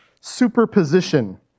superposition